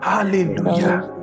Hallelujah